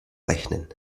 rechnen